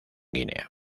guinea